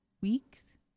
weeks